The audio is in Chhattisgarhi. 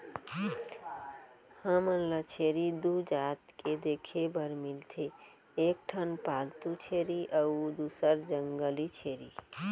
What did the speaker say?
हमन ल छेरी दू जात के देखे बर मिलथे एक ठन पालतू छेरी अउ दूसर जंगली छेरी